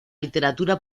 literatura